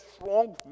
strong